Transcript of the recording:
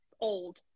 old